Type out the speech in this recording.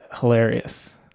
hilarious